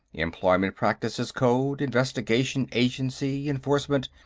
employment practices code, investigation agency, enforcement.